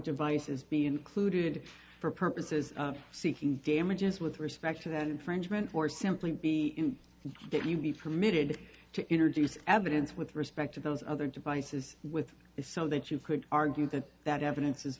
devices be included for purposes of seeking damages with respect to that infringement or simply be that you be permitted to introduce evidence with respect to those other devices with it so that you could argue that that evidence is